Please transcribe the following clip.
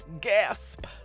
gasp